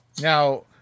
now